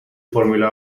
formula